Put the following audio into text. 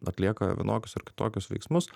atlieka vienokius ar kitokius veiksmus